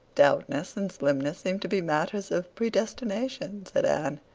stoutness and slimness seem to be matters of predestination, said anne.